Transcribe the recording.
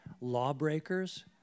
lawbreakers